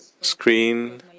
screen